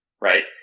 right